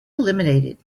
eliminated